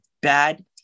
bad